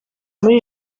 muri